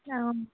অঁ